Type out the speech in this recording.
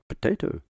potato